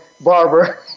barber